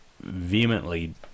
vehemently